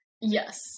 Yes